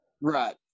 right